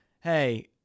hey